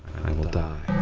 i will die.